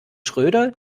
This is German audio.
schröder